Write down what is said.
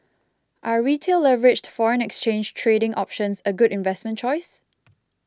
are Retail leveraged foreign exchange trading options a good investment choice